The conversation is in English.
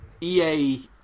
EA